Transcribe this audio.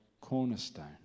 cornerstone